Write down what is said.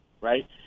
right